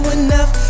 enough